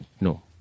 No